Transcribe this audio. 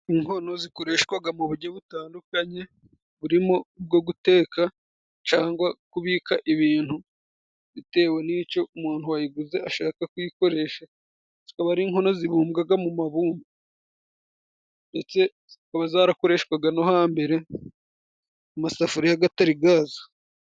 Inkono zikoreshwaga mu buryo butandukanye, burimo ubwo guteka cangwa kubika ibintu, bitewe n'ico umuntu wayiguze ashaka kuyikoresha, zikaba ari inkono zibumbwaga mu mabumba, ndetse zikaba zarakoreshwaga no hambere amasafuriya gatarigaza.